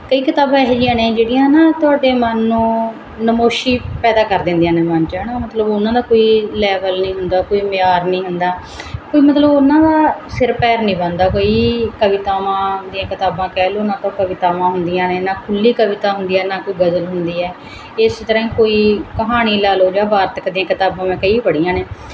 ਕਈ ਕਿਤਾਬਾਂ ਇਹੋ ਜਿਹੀਆਂ ਨੇ ਜਿਹੜੀਆਂ ਨਾ ਤੁਹਾਡੇ ਮਨ ਨੂੰ ਨਮੋਸ਼ੀ ਪੈਦਾ ਕਰ ਦਿੰਦੀਆਂ ਨੇ ਮਨ 'ਚ ਹੈ ਨਾ ਮਤਲਬ ਉਹਨਾਂ ਦਾ ਕੋਈ ਲੈਵਲ ਨਹੀਂ ਹੁੰਦਾ ਕੋਈ ਮਿਆਰ ਨਹੀਂ ਹੁੰਦਾ ਕੋਈ ਮਤਲਬ ਉਹਨਾਂ ਦਾ ਸਿਰ ਪੈਰ ਨਹੀਂ ਬਣਦਾ ਕੋਈ ਕਵਿਤਾਵਾਂ ਦੀਆਂ ਕਿਤਾਬਾਂ ਕਹਿ ਲਓ ਨਾ ਤਾਂ ਉਹ ਕਵਿਤਾਵਾਂ ਹੁੰਦੀਆਂ ਨੇ ਨਾ ਖੁੱਲ੍ਹੀ ਕਵਿਤਾ ਹੁੰਦੀ ਹੈ ਨਾ ਕੋਈ ਗਜ਼ਲ ਹੁੰਦੀ ਏ ਇਸੇ ਤਰ੍ਹਾਂ ਹੀ ਕੋਈ ਕਹਾਣੀ ਲਾ ਲਓ ਜਾਂ ਵਾਰਤਕ ਦੀਆਂ ਕਿਤਾਬਾਂ ਮੈਂ ਕਈ ਪੜ੍ਹੀਆਂ ਨੇ